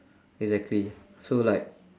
exactly so like